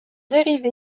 dérivé